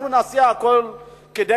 אנחנו נעשה הכול כדי